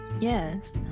yes